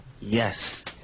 Yes